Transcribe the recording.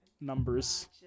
numbers